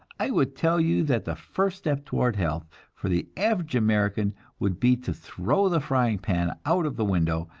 i would tell you that the first step toward health for the average american would be to throw the frying-pan out of the window,